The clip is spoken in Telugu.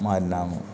మారినాము